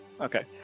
Okay